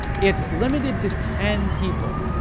it's limited to ten people,